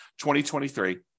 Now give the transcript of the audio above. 2023